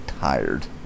tired